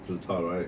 zhichar right